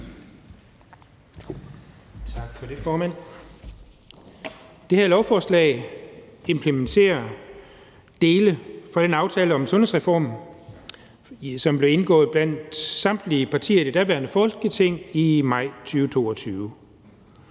Tak for det, formand. Det her lovforslag implementerer dele af den aftale om sundhedsreformen, som blev indgået blandt samtlige partier i det daværende Folketing i maj 2022.